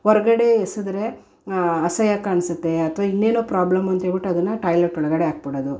ಹೊರ್ಗಡೆ ಎಸೆದ್ರೆ ಅಸಹ್ಯ ಕಾಣ್ಸುತ್ತೆ ಅಥ್ವಾ ಇನ್ನೇನೋ ಪ್ರಾಬ್ಲಮ್ ಅಂತ್ಹೇಳ್ಬಿಟ್ಟು ಅದನ್ನು ಟಾಯ್ಲೆಟ್ ಒಳಗಡೆ ಹಾಕ್ಬಿಡೋದು